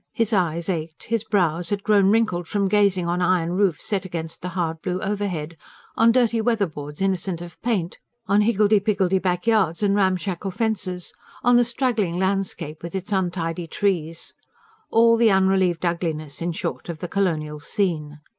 his eyes ached, his brows had grown wrinkled from gazing on iron roofs set against the hard blue overhead on dirty weatherboards innocent of paint on higgledy-piggledy backyards and ramshackle fences on the straggling landscape with its untidy trees all the unrelieved ugliness, in short, of the colonial scene.